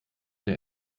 der